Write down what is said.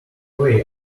way